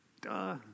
Duh